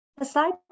Aside